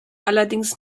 allerdings